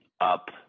up